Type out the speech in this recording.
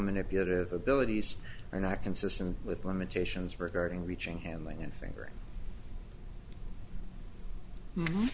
manipulative abilities are not consistent with limitations regarding reaching handling and finger